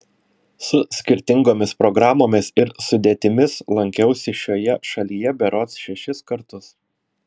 su skirtingomis programomis ir sudėtimis lankiausi šioje šalyje berods šešis kartus